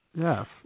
Yes